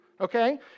okay